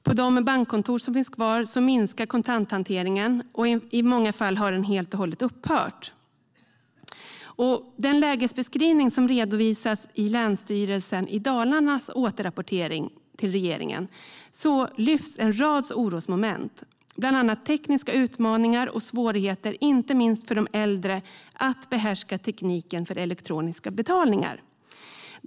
På de bankkontor som finns kvar minskar kontanthanteringen och har i många fall helt och hållet upphört. Den lägesbeskrivning som redovisas i Länsstyrelsen i Dalarnas återrapportering till regeringen lyfts en rad orosmoment fram, bland annat tekniska utmaningar och svårigheter för inte minst de äldre att behärska tekniken för elektroniska betalningar.